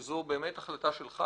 זו באמת החלטה שלך.